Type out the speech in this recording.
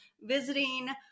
visiting